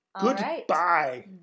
Goodbye